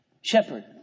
shepherd